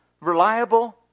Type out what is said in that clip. reliable